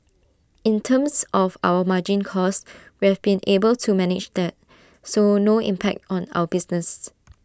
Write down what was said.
in terms of our margin costs we've been able to manage that so no impact on our business